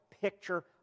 picture